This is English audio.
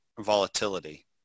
volatility